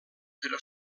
però